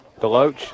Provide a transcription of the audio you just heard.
Deloach